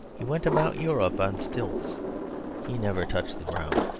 he went about europe on stilts he never touched the ground.